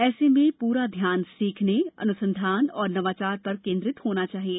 ऐसे में पूरा ध्यान सीखने अनुसंधान और नवाचार पर केंद्रित होना चाहिए